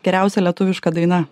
geriausia lietuviška daina